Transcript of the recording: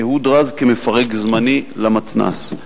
אהוד רז, כמפרק זמני למתנ"ס.